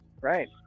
right